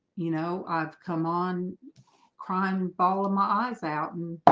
you know, i've come on crying and bawling my eyes out